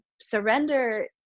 surrender